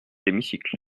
l’hémicycle